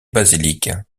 basiliques